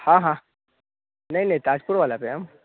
हाँ हाँ नहीं नहीं ताजपुर वाला पर हम